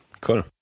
Cool